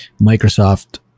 Microsoft